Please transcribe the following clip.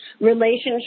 relationship